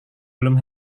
belum